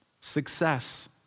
Success